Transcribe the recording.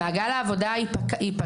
אם מעגל העבודה הזה ייפגע,